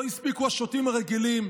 לא הספיקו השוטים הרגילים,